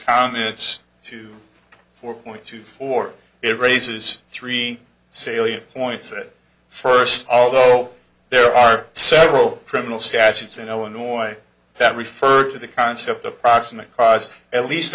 contents to four point two four it raises three salient points it first although there are several criminal statutes in illinois that refer to the concept of proximate cause at least